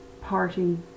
party